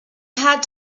had